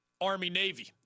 Army-Navy